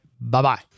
Bye-bye